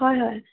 হয় হয়